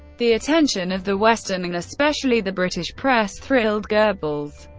the attention of the western and especially the british press thrilled goebbels,